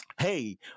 Hey